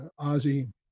Ozzy